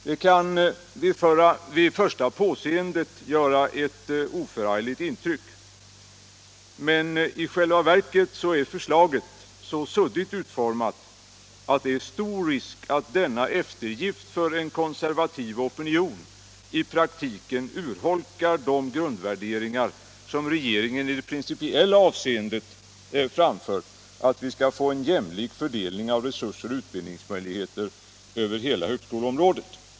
Det kan vid första påseende göra ett oförargligt intryck, men i själva verket är förslaget så suddigt utformat att det är stor risk att denna eftergift för en konservativ opinion i praktiken urholkar de grundvärderingar som regeringen i det principiella avseendet framfört — att vi skall få en jämlik fördelning av resurser och utbildningsmöjligheter över hela högskoleområdet.